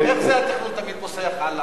איך זה התכנון תמיד פוסח על,